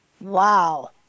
Wow